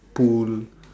pool